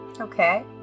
Okay